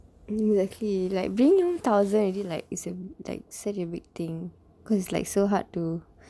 exactly like being thousands already like it's like such a big thing cause it's like so hard to